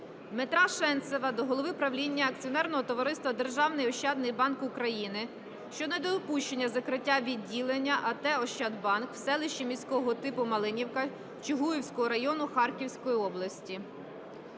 Дмитра Шенцева до голови правління акціонерного товариства Державний ощадний банк України щодо недопущення закриття відділення АТ "Ощадбанк" в селищі міського типу Малинівка Чугуївського району Харківської області.